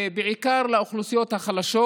בעיקר האוכלוסיות החלשות.